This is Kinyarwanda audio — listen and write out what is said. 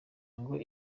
ngo